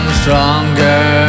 stronger